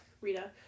Rita